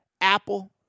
Apple